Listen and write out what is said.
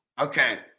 Okay